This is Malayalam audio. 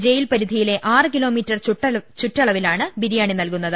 ജയ്ടിൽ പരിധിയിലെ ആറ് കിലോ മീറ്റർ ചുറ്റളവിലാണ് ബിരിയാണി നൽകുന്നത്